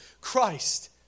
Christ